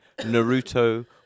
naruto